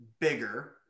bigger